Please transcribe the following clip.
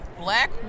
Black